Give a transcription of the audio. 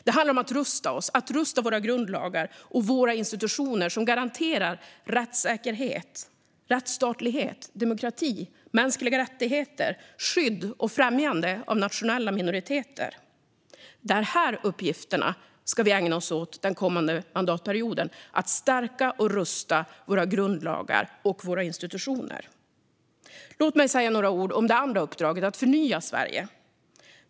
Det handlar om att rusta våra grundlagar och våra institutioner, som garanterar rättssäkerhet, rättsstatlighet, demokrati, mänskliga rättigheter och skydd och främjande av nationella minoriteter. Dessa uppgifter ska vi ägna oss åt den kommande mandatperioden: att stärka och rusta våra grundlagar och våra institutioner. Låt mig säga några ord om det andra uppdraget, att förnya Sverige.